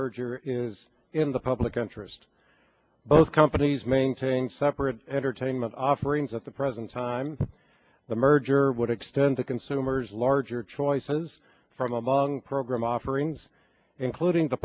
merger is in the public interest both companies maintain separate entertainment offerings at the present time the merger would extend to consumers larger choices from among program offerings including the